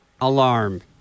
alarm